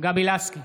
גבי לסקי,